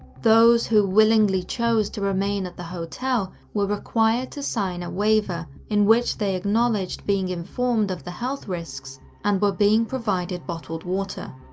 those who willingly chose to remain in the hotel were required to sign a waiver in which they acknowledged being informed of the health risks and were being provided bottled water.